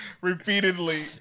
Repeatedly